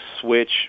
switch